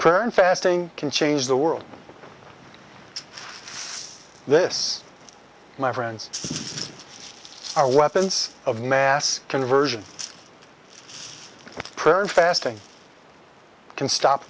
prayer and fasting can change the world this my friends are weapons of mass conversion prayer and fasting can stop